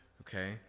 Okay